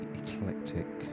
eclectic